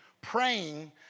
praying